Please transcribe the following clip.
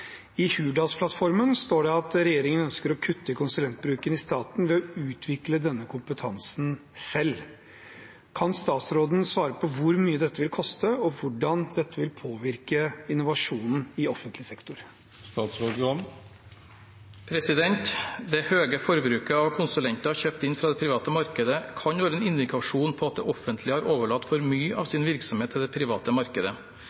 I Hurdalsplattformen står det at regjeringen ønsker å kutte i konsulentbruken i staten ved å utvikle denne kompetansen selv. Kan statsråden svare på hvor mye dette vil koste og hvordan dette vil påvirke innovasjonen i offentlig sektor?» Det høye forbruket av konsulenter kjøpt inn fra det private markedet kan være en indikasjon på at det offentlige har overlatt for mye av sin virksomhet til det private markedet.